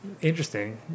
interesting